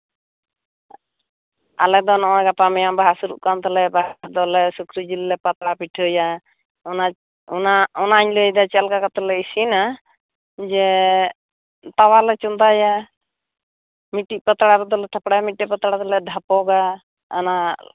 ᱟᱞᱮ ᱫᱚ ᱱᱚᱜᱼᱚᱭ ᱜᱟᱯᱟ ᱢᱮᱭᱟᱝ ᱵᱟᱦᱟ ᱥᱩᱨᱩᱜ ᱱᱠᱟᱱ ᱛᱟᱞᱮᱭᱟ ᱵᱟᱦᱟ ᱨᱮᱫᱚᱞᱮ ᱥᱩᱠᱨᱤ ᱡᱤᱞ ᱞᱮ ᱯᱟᱛᱲᱟ ᱯᱤᱴᱷᱟᱹᱭᱟ ᱚᱱᱟ ᱚᱱᱟᱧ ᱞᱟᱹᱭᱫᱟ ᱪᱮᱫᱞᱮᱠᱟ ᱠᱟᱛᱮ ᱞᱮ ᱤᱥᱤᱱᱟ ᱡᱮ ᱛᱟᱣᱟ ᱞᱮ ᱪᱚᱸᱫᱟᱭᱟ ᱢᱤᱫᱴᱤᱡ ᱯᱟᱛᱲᱟᱟ ᱨᱮᱫᱚᱞᱮ ᱛᱷᱟᱯᱲᱟᱭᱟ ᱟᱨ ᱢᱤᱫᱴᱤᱡ ᱰᱷᱟᱯᱚᱜᱟ ᱚᱱᱟ